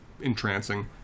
entrancing